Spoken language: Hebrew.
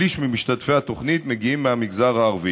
שליש ממשתתפי התוכנית מגיעים מהמגזר הערבי.